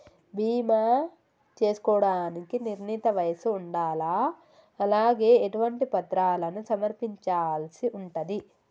బీమా చేసుకోవడానికి నిర్ణీత వయస్సు ఉండాలా? అలాగే ఎటువంటి పత్రాలను సమర్పించాల్సి ఉంటది?